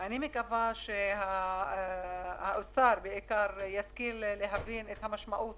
אני מקווה שהאוצר בעיקר ישכיל להבין את המשמעות